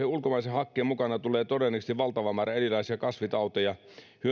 ulkomaisen hakkeen mukana tulee todennäköisesti valtava määrä erilaisia kasvitauteja